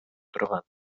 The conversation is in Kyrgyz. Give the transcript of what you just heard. турган